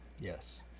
yes